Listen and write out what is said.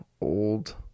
old